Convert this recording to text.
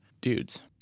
dudes